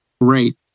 great